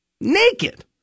naked